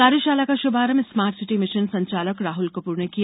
कार्यषाला का ष्भारंभ स्मार्ट सिटी मिषन संचालक राहुल केपूर ने किया